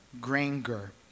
Granger